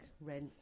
Rent